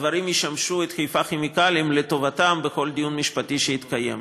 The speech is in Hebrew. הדברים ישמשו את חיפה כימיקלים לטובתם בכל דיון משפטי שיתקיים.